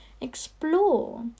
explore